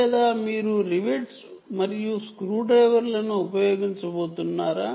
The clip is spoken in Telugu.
లేదా మీరు రివెట్స్ మరియు స్క్రూ లను ఉపయోగించబోతున్నారా